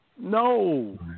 No